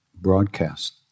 broadcast